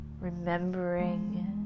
Remembering